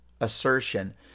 assertion